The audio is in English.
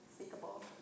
speakable